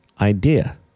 idea